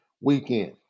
weekend